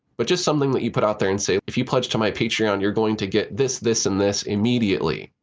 but just something that you put out there and say if you pledge to my patreon, you're going to get this, this, and this immediately.